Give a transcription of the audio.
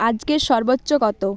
আজকের সর্বোচ্চ কত